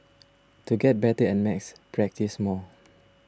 to get better at maths practise more